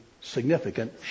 significant